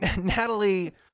Natalie